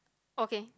okay